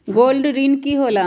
Gold ऋण की होला?